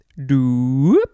doop